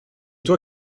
toi